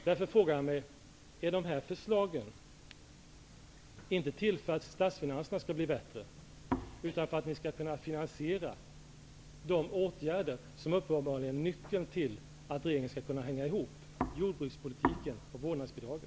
Därför frågar jag: Är de här förslagen inte till för att förbättra statsfinanserna utan för att ni skall kunna finansiera de åtgärder som uppenbarligen är nyckeln till att regeringen kan hänga ihop -- dvs. jordbrukspolitiken och vårdnadsbidragen?